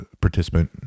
participant